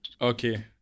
Okay